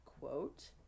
quote